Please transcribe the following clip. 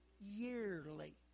yearly